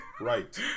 Right